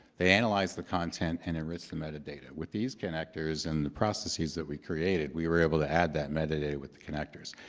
they analyzed the content and enriched the metadata. with these connectors and the processes that we created, we were able to add that metadata with the connectors.